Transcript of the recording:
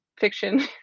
fiction